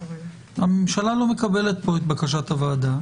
הממשלה לא מקבלת פה את בקשת הוועדה.